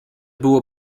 było